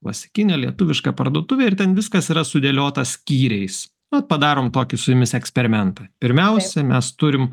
klasikinė lietuviška parduotuvė ir ten viskas yra sudėliota skyriais vat padarom tokį su jumis eksperimentą pirmiausia mes turim